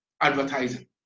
advertising